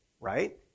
right